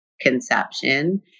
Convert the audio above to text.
conception